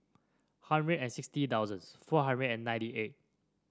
hundred and sixty thousands four hundred and ninety eight